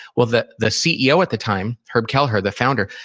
well, the the ceo at the time, herb kelleher, the founder,